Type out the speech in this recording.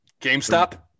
GameStop